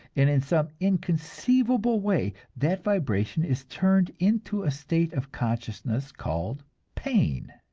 and in some inconceivable way that vibration is turned into a state of consciousness called pain,